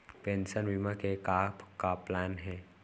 Pension बीमा के का का प्लान हे?